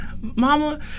Mama